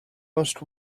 most